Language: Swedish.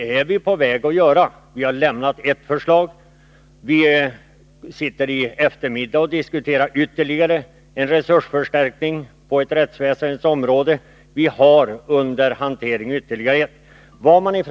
Vi är också på väg att göra detta, och vi har lagt fram ett förslag. Vi skall i eftermiddag diskutera ytterligare en resursförstärkning på rättsväsendets område, och ännu en resursförstärkning är under förberedande.